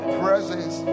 presence